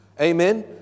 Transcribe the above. Amen